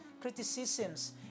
criticisms